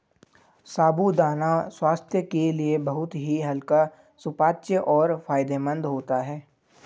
साबूदाना स्वास्थ्य के लिए बहुत ही हल्का सुपाच्य और फायदेमंद होता है